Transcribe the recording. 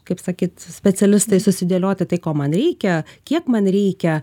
kaip sakyt specialistai susidėlioti tai ko man reikia kiek man reikia